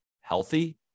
healthy